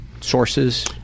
sources